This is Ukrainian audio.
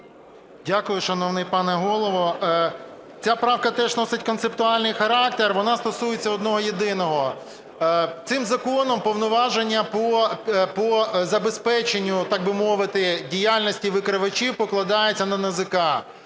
Дякую, шановний пане Голово. Ця правка теж носить концептуальний характер. Вона стосується одного єдиного: цим законом повноваження по забезпеченню, так би мовити, діяльності викривачів покладається на НАЗК.